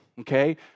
Okay